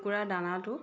কুকুৰাৰ দানাটো